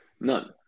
None